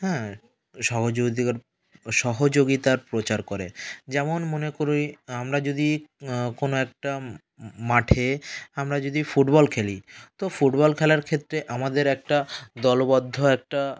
হ্যাঁ সহযোগিতার প্রচার করে যেমন মনে করি আমরা যদি কোনো একটা মাঠে আমরা যদি ফুটবল খেলি তো ফুটবল খেলার ক্ষেত্রে আমাদের একটা দলবদ্ধ একটা